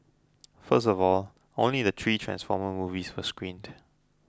first of all only the three Transformer movies were screened